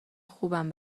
خوبم